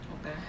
Okay